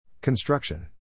Construction